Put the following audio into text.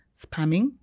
spamming